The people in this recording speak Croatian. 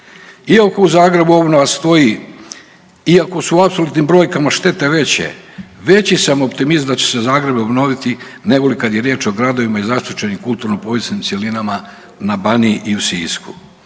Iako u Zagrebu obnova stoji, iako su u apsolutnim brojkama štete veće, veći sam optimist da će se Zagreb obnoviti, nego li kad je riječ o gradovima i zaštićenim kulturno-povijesnim cjelinama na Baniji i u Sisku.